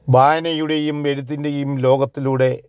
വായനയുടെയും എഴുത്തിന്റെയും ലോകത്തിലൂടെ